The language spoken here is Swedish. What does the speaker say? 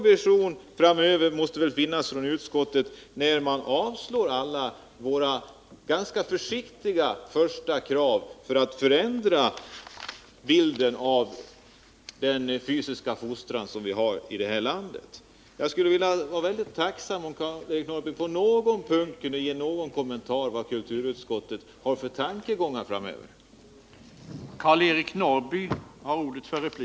Utskottet måste väl ha några visioner när man avstyrker alla våra ganska försiktiga krav på att förändra bilden av den fysiska fostran som vi bedriver i detta land. Jag vore tacksam om Karl-Eric Norrby något kort kunde kommentera hur kulturutskottet ser på framtiden i detta avseende.